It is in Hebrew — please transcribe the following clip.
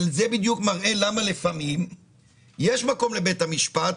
זה מראה למה לפעמים יש מקום לעבודת בית המשפט.